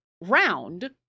round